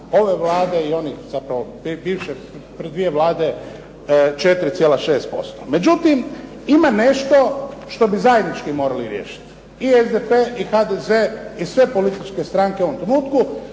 ove Vlade i onih zapravo bivše, zapravo prije dvije Vlade 4,6%. Međutim, ima nešto što bi zajednički morali riješiti i SDP i HDZ i sve političke stranke u ovom trenutku,